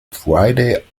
friday